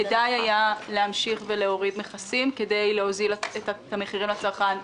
כדאי להמשיך ולהוריד מכסים כדי להוזיל את המחירים לצרכן.